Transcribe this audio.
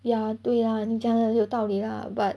ya 对 lah 你讲的有道理 lah but